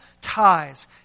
ties